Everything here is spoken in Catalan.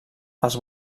als